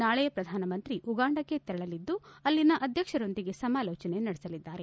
ನಾಳೆ ಪ್ರಧಾನಮಂತ್ರಿ ಉಗಾಂಡಕ್ಕೆ ತೆರಳಲಿದ್ದು ಅಲ್ಲಿನ ಅಧ್ಯಕ್ಷರೊಂದಿಗೆ ಸಮಾಲೋಚನೆ ನಡೆಸಲಿದ್ದಾರೆ